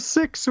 six